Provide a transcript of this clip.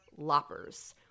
loppers